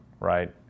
right